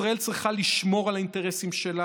ישראל צריכה לשמור על האינטרסים שלה